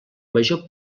major